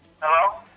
Hello